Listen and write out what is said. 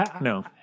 No